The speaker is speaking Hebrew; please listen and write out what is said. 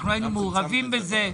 אנחנו היינו מעורבים בזה.